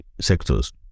sectors